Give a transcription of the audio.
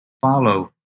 follow